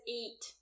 eat